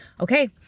Okay